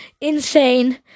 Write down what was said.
insane